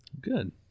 Good